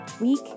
week